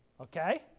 Okay